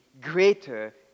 greater